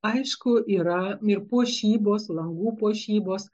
aišku yra ir puošybos langų puošybos